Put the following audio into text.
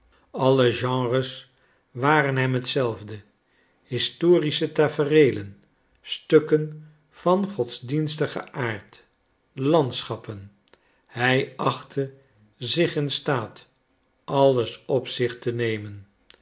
alle genres waren hem hetzelfde historische tafereelen stukken van godsdienstigen aard landschappen hij achtte zich in staat alles op zich te nemen